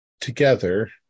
together